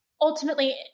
ultimately